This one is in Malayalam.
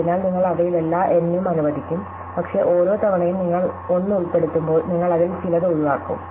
അതിനാൽ നിങ്ങൾ അവയിൽ എല്ലാ N ഉം അനുവദിക്കും പക്ഷേ ഓരോ തവണയും നിങ്ങൾ 1 ഉൾപ്പെടുത്തുമ്പോൾ നിങ്ങൾ അതിൽ ചിലത് ഒഴിവാക്കും